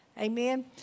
Amen